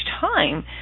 time